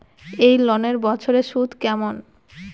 এই লোনের বছরে সুদ কেমন?